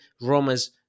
Roma's